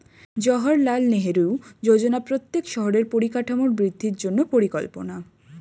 জাওহারলাল নেহেরু যোজনা প্রত্যেক শহরের পরিকাঠামোর বৃদ্ধির জন্য পরিকল্পনা